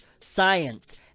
science